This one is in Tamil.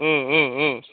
ம் ம் ம்